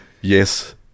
yes